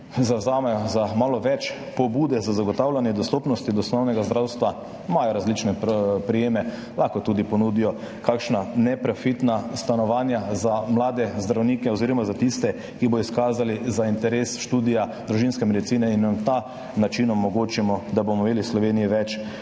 zavzamejo za malo več pobude za zagotavljanje dostopnosti do osnovnega zdravstva. Imajo različne prijeme, lahko tudi ponudijo kakšna neprofitna stanovanja za mlade zdravnike oziroma za tiste, ki bodo izkazali interes za študij družinske medicine, in na ta način omogočimo, da bomo imeli v Sloveniji več